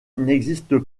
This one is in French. n’existe